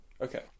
Okay